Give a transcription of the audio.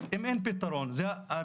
אז אם אין פתרון אחר,